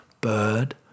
bird